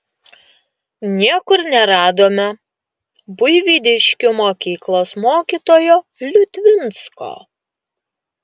niekur neradome buivydiškių mokyklos mokytojo liutvinsko